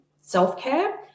Self-Care